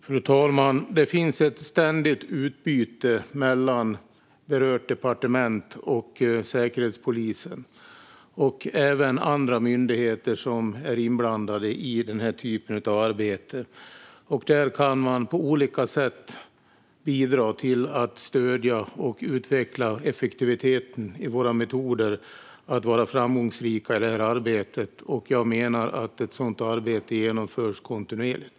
Fru talman! Det finns ett ständigt utbyte mellan berört departement och Säkerhetspolisen och även andra myndigheter som är inblandade i sådant arbete. Man kan där på olika sätt bidra till att stödja och utveckla effektiviteten i våra metoder att vara framgångsrika i detta arbete. Jag menar att ett sådant arbete genomförs kontinuerligt.